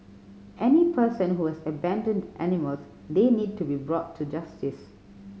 any person who has abandoned animals they need to be brought to justice